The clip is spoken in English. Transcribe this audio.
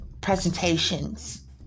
presentations